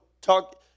talk